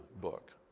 book